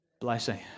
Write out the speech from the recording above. blessing